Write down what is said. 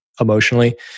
emotionally